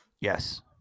Yes